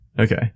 Okay